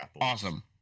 Awesome